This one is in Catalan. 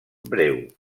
breu